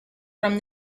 from